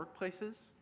workplaces